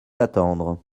attendre